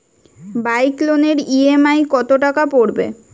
Bike লোনের EMI কত টাকা পড়বে?